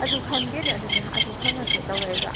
ꯑꯗꯨ ꯈꯪꯗꯦꯅꯦ ꯑꯗꯨꯅꯤ ꯑꯗꯨ ꯍꯪꯉꯛꯀꯦ ꯇꯧꯔꯛꯏꯕ